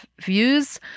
views